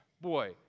boy